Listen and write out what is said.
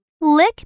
Lick